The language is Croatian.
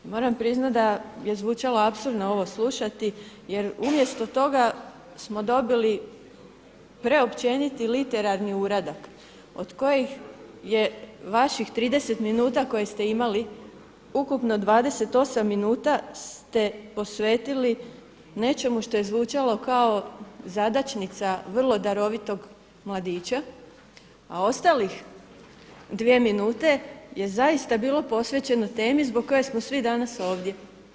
I moram priznati da je zvučalo apsurdno ovo slušati jer umjesto toga smo dobili preopćeniti literalni uradak od kojih je vaših 30 minuta koje ste imali ukupno 28 minuta ste posvetili nečemu što je zvučalo kao zadaćnica vrlo darovitog mladića a ostalih 2 minute je zaista bilo posvećeno temi zbog koje smo svi danas ovdje.